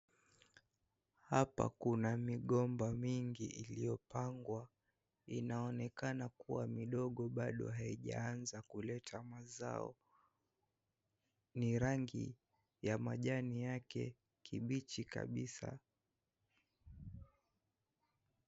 Hapa kuna migomba mingi iliyopangwa inaonekana kuwa midogo bado haijaanza kuleta mazao, ni rangi ya majani yake kibichi kabisa.